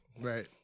right